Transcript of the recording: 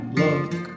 look